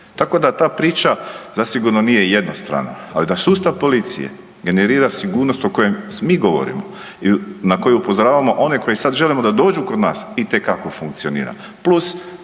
Tako da ta priča zasigurno nije jednostrana, ali da sustav policije generira sigurnost o kojem mi govorimo i na koji upozoravamo one koje sada želimo da dođu kod nas itekako funkcionira,